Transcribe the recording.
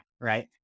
right